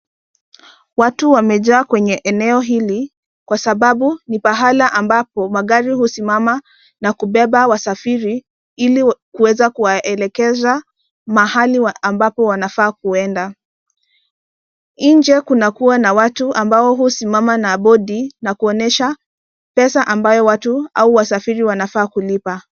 Watu wamejaa kwenye eneo hili, kwa sababu ni pahala ambapo magari husimama na kubeba wasafiri ,ili kuweza kuwaelekeza mahali ambapo wanafaa kuenda. Nje kunakuwa na watu ambao husimama na bodi na kuonesha pesa ambayo watu au wasafiri wanafaa kulipa.